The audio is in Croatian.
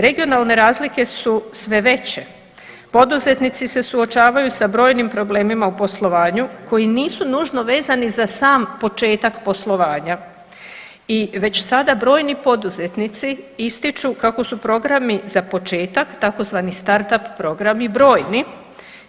Regionalne razlike su sve veće, poduzetnici se suočavaju sa brojnim problemima u poslovanju koji nisu nužno vezani za sam početak poslovanja i već sada brojni poduzetnici ističu kako su programi za početak tzv. startup programi brojni